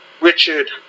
Richard